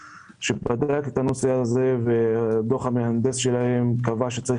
שבדק את הנושא הזה ודוח המהנדס שלהם קבע שצריך